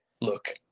look